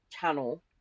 channel